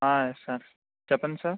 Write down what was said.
sir చెప్పండి sir